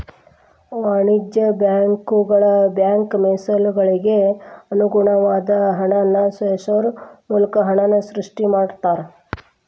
ವಾಣಿಜ್ಯ ಬ್ಯಾಂಕುಗಳ ಬ್ಯಾಂಕ್ ಮೇಸಲುಗಳಿಗೆ ಅನುಗುಣವಾದ ಹಣನ ಸೇರ್ಸೋ ಮೂಲಕ ಹಣನ ಸೃಷ್ಟಿ ಮಾಡ್ತಾರಾ